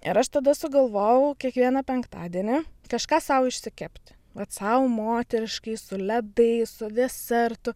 ir aš tada sugalvojau kiekvieną penktadienį kažką sau išsikept vat sau moteriškai su ledais su desertu